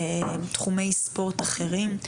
בתחומי ספורט אחרים.